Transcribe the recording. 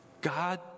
God